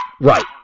Right